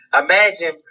Imagine